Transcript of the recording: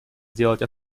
сделать